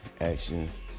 actions